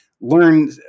learn